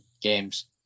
games